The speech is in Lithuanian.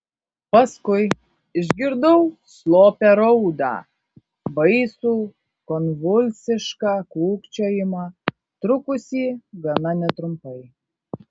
paskui išgirdau slopią raudą baisų konvulsišką kūkčiojimą trukusį gana netrumpai